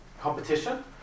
competition